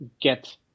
get